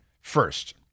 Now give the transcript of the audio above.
first